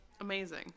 Amazing